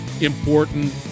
important